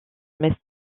messe